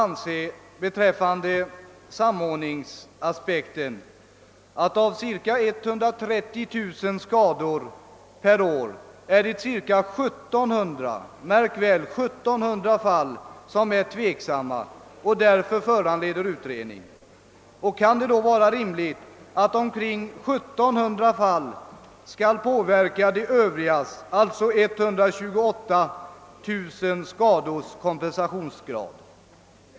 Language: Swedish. När det gäller samordningsaspekten är att märka att av cirka 130 000 inträffade skador under ett år omkring 17090 utgör tveksamma fall som föranleder utredning. Kan det vara rimligt att 1700 fall skall påverka kompensationskraven från de övriga som alltså utgör över 128 000?